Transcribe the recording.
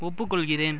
ஒப்புக்கொள்கிறேன்